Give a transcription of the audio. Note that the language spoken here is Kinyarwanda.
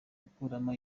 gukuramo